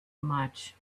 much